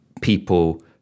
people